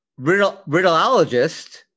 Riddleologist